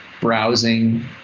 browsing